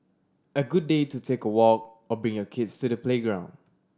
a good day to take a walk or bring your kids to the playground